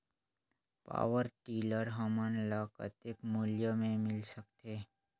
Power tiller हमन ल कतेक मूल्य मे मिल सकथे?